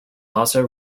also